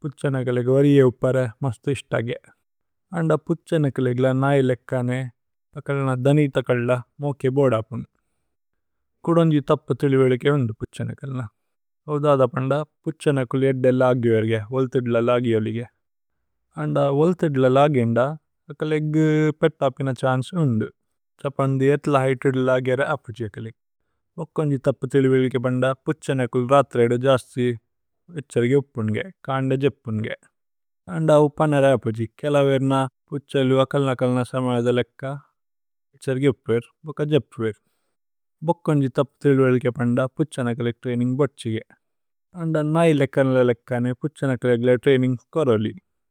പുച്ചനകേലേകേ വരിഏ ഉപരേ മസ്തു ഇസ്തഗേ। അന്ദ പുച്ചനകേലേകേ ല നൈലേക്കനേ അകലേന। ദനിതകല്ദ മോകേ ബോദപുന് കുദോന്ജി തപ്പു। തിലുവേലുകേ വുന്ദു പുച്ചനകേലേ ഹവ്ദദ പന്ദ। പുച്ചനകേലേ ഏദ്ദേ ലാഗി വേര്ഗേ വോല്തിദ്ല ലാഗി। ഓലിഗേ അന്ദ വോല്തിദ്ല ലാഗി ഏന്ദ അകലേഗു പേത്। തപിന ഛന്ചേ വുന്ദു തപന്ദി ഏത്ല ഹൈതിദ്ല। ലാഗി അരേ അപുജി അകലി ഭുക്കോന്ജി തപ്പു। തിലുവേലുകേ പന്ദ പുച്ചനകേലേ രത്രേദേ ജസ്തി। വിഛര്ഗേ ഉപുന്ഗേ കന്ദേ ജേപ്പുന്ഗേ അന്ദ അവു। പനേര അപുജി കേലവേര്ന പുച്ചലു അകലേന। കലേന സാമനിയദ ലേക്ക വിഛര്ഗേ ഉപ്വേര്। ബോക ജേപ്പുവേര് ഭുക്കോന്ജി തപ്പു തിലുവേലുകേ। പന്ദ പുച്ചനകേലേകേ ത്രൈനിന്ഗ് ബോത്സേഗേ। അന്ദ നൈലേക്കനേ ലേക്കനേ പുച്ചനകേലേകേ। ത്രൈനിന്ഗ് കോരോലി।